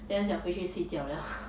then 又想回去睡觉了